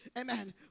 Amen